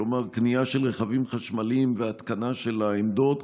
כלומר קנייה של רכבים חשמליים והתקנה של העמדות.